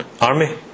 army